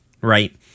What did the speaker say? right